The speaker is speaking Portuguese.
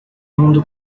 mundo